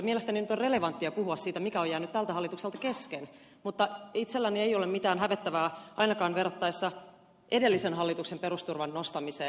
mielestäni nyt on relevanttia puhua siitä mikä on jäänyt tältä hallitukselta kesken mutta itselläni ei ole mitään hävettävää ainakaan verrattaessa edellisen hallituksen perusturvan nostamiseen